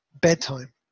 bedtime